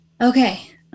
okay